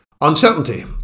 uncertainty